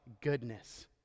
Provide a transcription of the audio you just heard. goodness